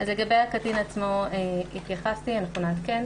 לגבי הקטין עצמו התייחסתי, אנחנו נעדכן.